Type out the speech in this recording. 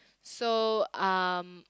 so um